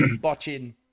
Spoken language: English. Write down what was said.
botching